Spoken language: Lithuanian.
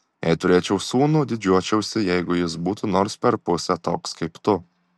jei turėčiau sūnų didžiuočiausi jeigu jis būtų nors per pusę toks kaip tu